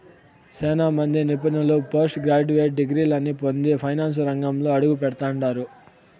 సేనా మంది నిపుణులు పోస్టు గ్రాడ్యుయేట్ డిగ్రీలని పొంది ఫైనాన్సు రంగంలో అడుగుపెడతండారు